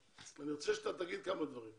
שאתה תגיד כמה דברים.